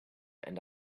and